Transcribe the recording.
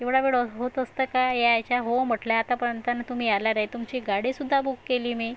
एवढा वेळ होत असतं का यायचा हो म्हटले आतापर्यंत अन तुम्ही आला नाही तुमची गाडीसुद्धा बुक केली मी